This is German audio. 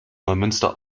neumünster